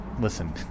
Listen